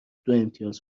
دوامتیاز